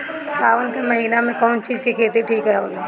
सावन के महिना मे कौन चिज के खेती ठिक होला?